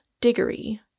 Diggory